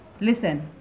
Listen